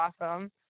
Awesome